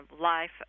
life